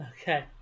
Okay